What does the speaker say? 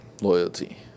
Loyalty